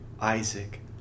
Isaac